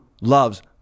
loves